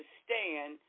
stand